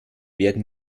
werden